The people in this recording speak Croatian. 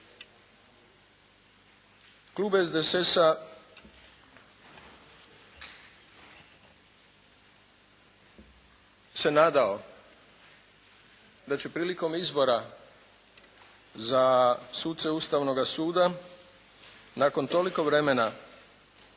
Klub SDSS-a se nadao da će prilikom izbora za suce Ustavnoga suda nakon toliko vremena